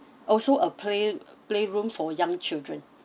also a play play room for young children